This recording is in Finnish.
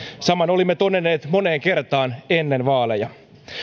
saman olimme todenneet moneen kertaan ennen vaaleja